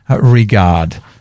regard